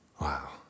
Wow